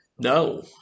No